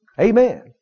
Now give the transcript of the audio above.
Amen